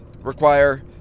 require